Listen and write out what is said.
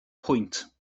pwynt